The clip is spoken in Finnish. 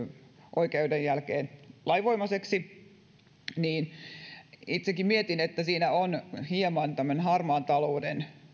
oikeuden päätöksen jälkeen lainvoimaiseksi itsekin mietin että siinä on mahdollisesti hieman tämmöinen harmaan talouden